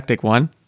One